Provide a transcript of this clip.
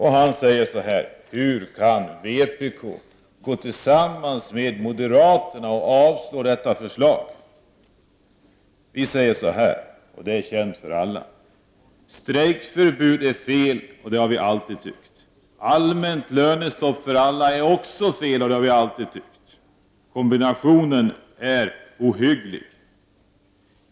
Han sade så här: Hur kan vpk gå tillsammans med moderaterna och avslå detta förslag? Vi säger så här, och det är känt för alla: Strejkförbud är fel, och det har vi alltid tyckt. Allmänt lönestopp för alla är också fel, och det har vi alltid tyckt. Kombinationen är ohygglig!